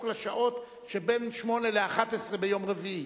לשעות שבין 08:00 ל-11:00 ביום רביעי.